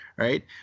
Right